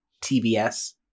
TBS